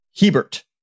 Hebert